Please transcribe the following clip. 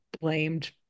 blamed